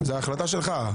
זו החלטה שלך.